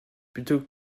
plutôt